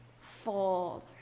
fold